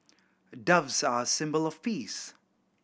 doves are a symbol of peace